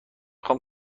خوام